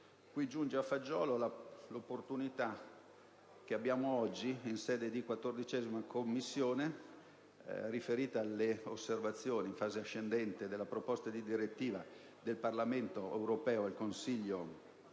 Giunge a proposito l'opportunità che abbiamo oggi, in sede di 14ª Commissione, con riferimento alle osservazioni in fase ascendente della proposta di direttiva del Parlamento europeo al Consiglio in